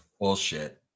Bullshit